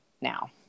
now